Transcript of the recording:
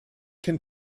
can